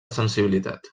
sensibilitat